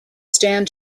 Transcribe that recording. stand